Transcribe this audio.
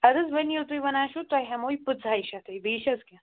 اَدٕ حظ وۅنۍ ییٚلہِ تُہۍ وَنان چھُو تۄہہِ ہیٚمہو یہِ پنژٕہَے شیٚتھ بیٚیہِ چھا حظ کیٚنٛہہ